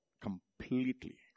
completely